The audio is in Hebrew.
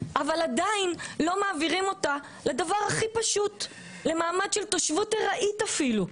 אבל עדיין לא מעבירים אותה למעמד של תושבות ארעית אפילו.